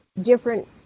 different